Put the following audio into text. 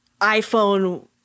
iPhone